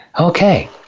okay